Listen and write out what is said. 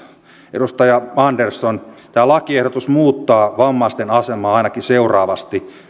edustaja andersson tämä lakiehdotus muuttaa vammaisten asemaa ainakin seuraavasti